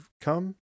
come